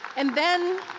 and then,